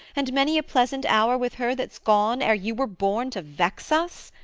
and many a pleasant hour with her that's gone, ere you were born to vex us?